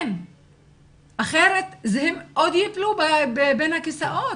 אחרת הם עוד יפלו בין הכיסאות.